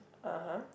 uh [huh]